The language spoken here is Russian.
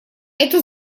эту